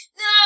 no